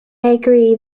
agree